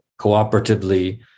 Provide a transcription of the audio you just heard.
cooperatively